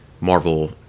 Marvel